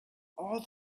all